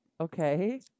Okay